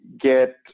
get